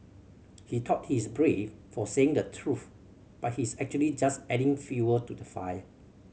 he thought he's brave for saying the truth but he's actually just adding fuel to the fire